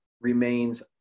remains